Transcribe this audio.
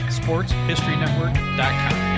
sportshistorynetwork.com